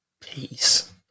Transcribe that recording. Peace